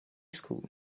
school